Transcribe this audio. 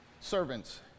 servants